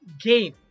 game